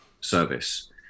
service